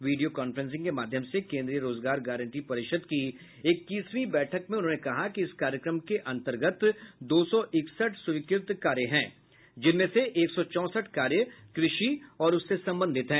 video conferencing के माध्यम से केंद्रीय रोजगार गारंटी परिषद की इक्कसवीं बैठक में उन्होंने कहा कि इस कार्यक्रम के अंतर्गत दो सौ इकसठ स्वीकृत कार्य हैं जिनमें से एक सौ चौसठ कार्य कृषि और उससे संबंधित हैं